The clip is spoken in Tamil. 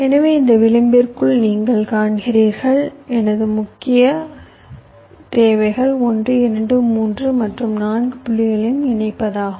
எனவே இந்த விளிம்பிற்குள் நீங்கள் காண்கிறீர்கள் எனது முக்கிய தேவைகள் 1 2 3 மற்றும் 4 புள்ளிகளை இணைப்பதாகும்